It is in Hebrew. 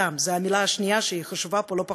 זו המילה השנייה, והיא חשובה פה לא פחות,